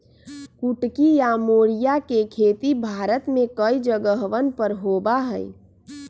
कुटकी या मोरिया के खेती भारत में कई जगहवन पर होबा हई